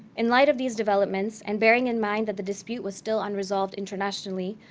in light of these developments, and bearing in mind that the dispute was still unresolved internationally,